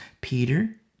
Peter